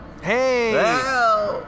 Hey